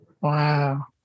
Wow